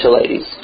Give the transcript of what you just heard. ladies